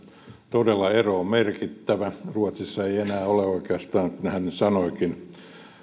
todella ero on merkittävä ruotsissa ei enää ole oikeastaan kuten hän sanoikin